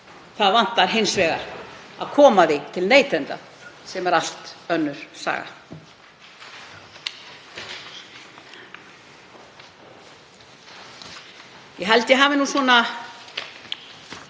Það vantar hins vegar að koma því til neytenda sem er allt önnur saga. Ég held ég hafi farið